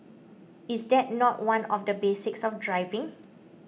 is that not one of the basics of driving